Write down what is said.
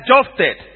adjusted